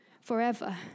forever